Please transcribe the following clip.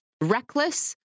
reckless